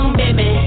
baby